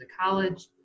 college